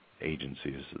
agencies